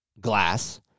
glass